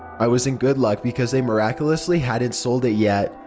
i was in good luck because they miraculously hadn't sold it yet.